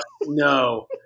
no